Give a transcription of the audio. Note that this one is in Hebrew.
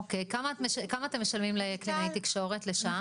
כמה אתם משלמים לקלינאי תקשורת לשעה?